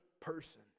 person